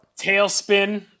Tailspin